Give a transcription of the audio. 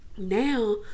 now